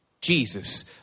Jesus